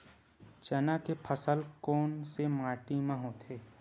चना के फसल कोन से माटी मा होथे?